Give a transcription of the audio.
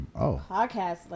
Podcast